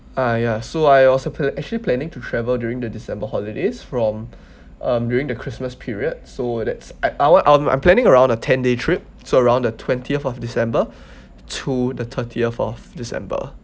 ah ya so I also plan actually planning to travel during the december holidays from um during the christmas period so that's I our um I'm planning around a ten day trip so around the twentieth of december to the thirtieth of december